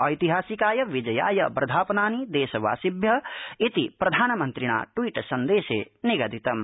ऐतिहासिकाय विजयाय वर्धापनानि देशवासिभ्यः इति प्रधानमन्त्रिणा स्वट्वीट्सन्देशे निगदितम्